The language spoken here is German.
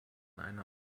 einer